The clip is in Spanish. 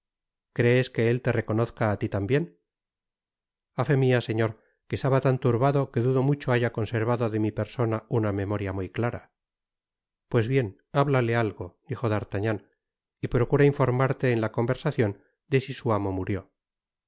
crees que él te reconozca á ti tambien a fé mia señor que estaba tan turbado que dudo mucho haya conservado de mi persona una memoria muy clara pues bien háblale algo dijo d'artagnan y procura informarte en la conversacion de si su amo murió